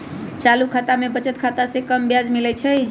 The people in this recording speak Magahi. चालू खता में बचत खता से कम ब्याज मिलइ छइ